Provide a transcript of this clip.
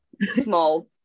small